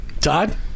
Todd